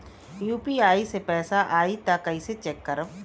UPI से पैसा आई त कइसे चेक खरब?